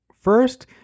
First